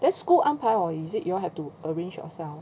then school 安排 liao is it you all have to arrange yourself